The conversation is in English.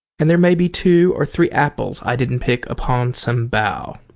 and there may be two or three apples i didn't pick upon some bough.